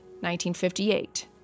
1958